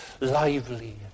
lively